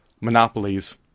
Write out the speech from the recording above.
monopolies